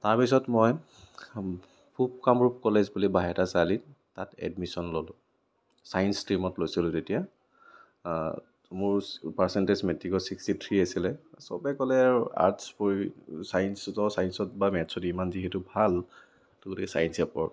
তাৰপিছত মই পূব কামৰূপ কলেজ বুলি বাইহাটা চাৰিআলিত তাত এডমিশ্বন ল'লো ছাইন্স স্ট্ৰীমত লৈছিলোঁ তেতিয়া মোৰ পাৰ্চেণ্টেজ মেট্ৰিকত ছিক্সটী থ্ৰী আছিলে চবে ক'লে আৰু তই আৰ্টচ পঢ়িবি ছাইন্স ছাইন্সত বা মেটছত ইমান যিহেতু ভাল তৌ গতিকে ছাইন্সে পঢ়